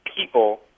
people